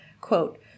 quote